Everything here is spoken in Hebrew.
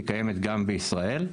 היא קיימת גם בישראל,